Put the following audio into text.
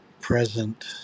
present